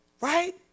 right